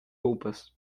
roupas